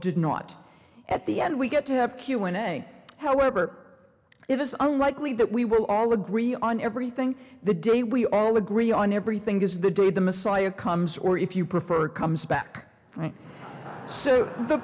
did not at the end we get to have q and a however it is unlikely that we will all agree on everything the day we all agree on everything is the day the messiah comes or if you prefer it comes back